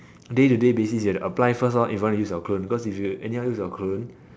day to day basis you have to apply first lor if you want to use your clone because if you anyhow use your clone